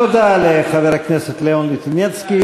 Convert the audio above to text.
תודה לחבר הכנסת לאון ליטינצקי,